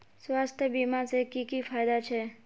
स्वास्थ्य बीमा से की की फायदा छे?